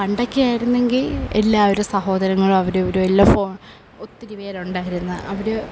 പണ്ടൊക്കെ ആയിരുന്നുവെങ്കിൽ എല്ലാവരും സഹോദരങ്ങളും അവരുമിവരുമെല്ലാം ഒത്തിരി പേരുണ്ടായിരുന്നു അവർ